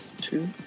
Two